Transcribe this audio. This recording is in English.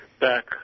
back